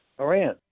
Iran